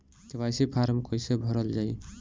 KYC form कइसे भरल जाइ?